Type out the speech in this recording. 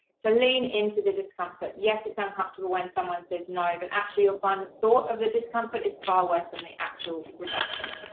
so lean into the discomfort. yes, it's uncomfortable when someone says no, but actually, you'll find the thought of the discomfort is far worse than the actual rejection.